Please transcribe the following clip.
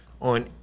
on